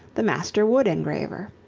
the master wood-engraver.